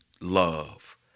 love